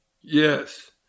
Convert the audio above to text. Yes